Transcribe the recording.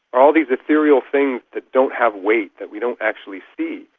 all these ethereal things that don't have weight, that we don't actually see.